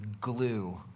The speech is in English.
glue